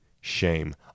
shame